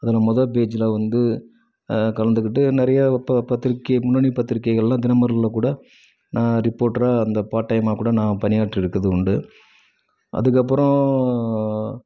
அதில் மொதல் பேட்ச்சில் வந்து கலந்துகிட்டு நிறைய இப்போ பத்திரிக்கை முன்னணி பத்திரிக்கைகள்லாம் தினமலரில் கூட நான் ரிப்போட்டராக அந்த பார்ட் டைமாக கூட நான் பணியாற்றி இருக்கறது உண்டு அதுக்கப்புறம்